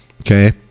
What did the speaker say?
okay